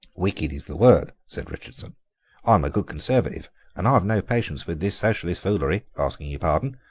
wicked is the word, said richardson i'm a good conservative and i've no patience with this socialist foolery, asking your pardon.